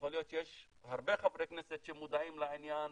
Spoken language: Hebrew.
יכול להיות שיש הרבה חברי כנסת שמודעים לעניין,